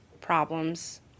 problems